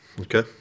Okay